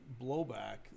blowback